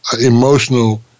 emotional